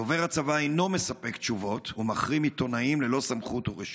דובר הצבא אינו מספק תשובות ומחרים עיתונאים ללא סמכות ורשות.